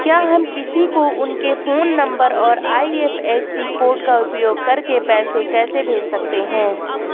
क्या हम किसी को उनके फोन नंबर और आई.एफ.एस.सी कोड का उपयोग करके पैसे कैसे भेज सकते हैं?